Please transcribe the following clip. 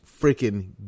freaking